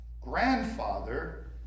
Grandfather